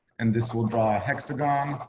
and this will draw a hexagon.